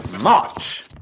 March